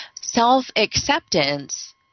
Self-acceptance